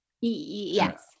Yes